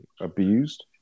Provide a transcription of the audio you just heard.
abused